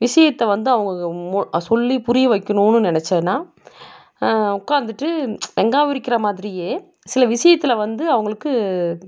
விஷயத்தை வந்து அவங்க சொல்லி புரிய வைக்கணும் நினைச்சன்னா உட்காந்துட்டு வெங்காயம் உரிக்கிற மாதிரியே சில விஷயத்தில் வந்து அவங்களுக்கு